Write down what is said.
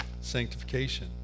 sanctification